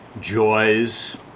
joys